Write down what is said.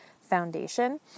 foundation